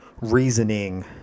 reasoning